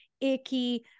icky